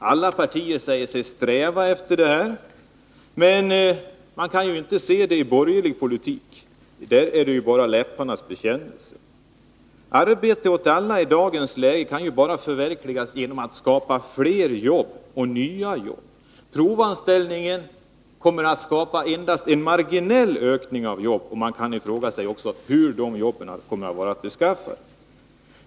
Alla partier säger sig sträva efter detta, men man kan inte se det i den borgerliga politiken — där är det bara en läpparnas bekännelse. Arbete åt alla i dagens läge kan förverkligas bara genom att man skaffar flera jobb och nya jobb. Provanställningen kommer att skapa endast en marginell ökning av jobben, och man kan fråga sig hur de jobben kommer att vara beskaffade.